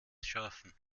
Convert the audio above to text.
schaffen